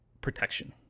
protection